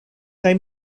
kaj